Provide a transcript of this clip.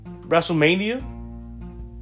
WrestleMania